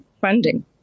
funding